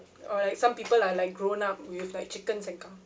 or like some people are like grown up with like chickens and cow